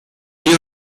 ello